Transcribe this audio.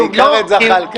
בעיקר את זחלקה.